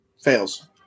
fails